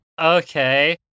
Okay